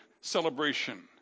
celebration